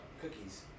cookies